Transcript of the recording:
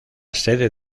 sede